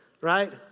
right